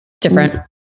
different